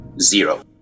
Zero